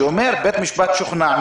שאומר: "בית המשפט שוכנע,